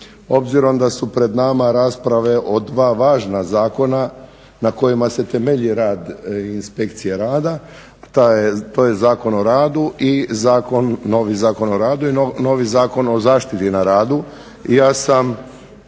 obzirom da su pred nama rasprave o dva važna zakona na kojima se temelji rad Inspekcije rada. To je Zakon o radu i novi Zakon o zaštiti na radu.